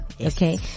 Okay